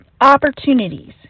opportunities